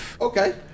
Okay